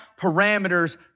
parameters